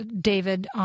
David